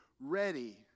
ready